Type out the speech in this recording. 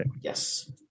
yes